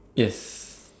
yes